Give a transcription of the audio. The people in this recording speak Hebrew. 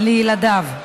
ל"ילדיו",